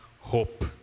hope